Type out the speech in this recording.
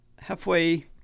Halfway